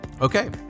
Okay